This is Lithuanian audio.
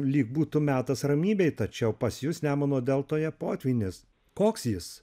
lyg būtų metas ramybei tačiau pas jus nemuno deltoje potvynis koks jis